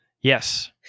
Yes